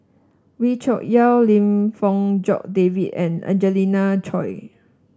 Wee Cho Yaw Lim Fong Jock David and Angelina Choy